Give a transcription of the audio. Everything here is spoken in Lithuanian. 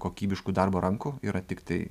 kokybiškų darbo rankų yra tiktai